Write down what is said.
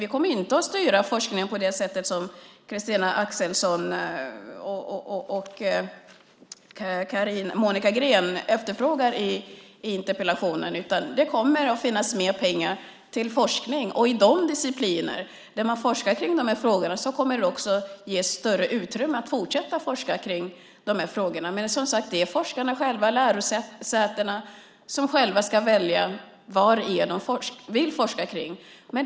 Vi kommer inte att styra forskningen på det sätt som Christina Axelsson och Monica Green efterfrågar i interpellationen. Det kommer att finnas mer pengar till forskning. I de discipliner där det forskas i dessa frågor kommer det att ges större utrymme att fortsätta att forska i frågorna. Men det är forskarna själva, lärosätena själva, som ska välja vad de vill forska om.